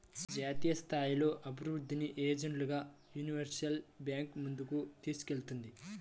జాతీయస్థాయిలో అభివృద్ధిని ఎజెండాగా యూనివర్సల్ బ్యాంకు ముందుకు తీసుకెళ్తుంది